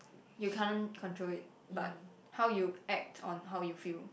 you can't control it but how you act on how you feel